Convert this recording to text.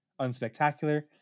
unspectacular